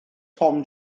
tom